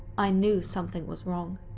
i knew something was wrong.